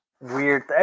weird